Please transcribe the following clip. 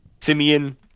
Simeon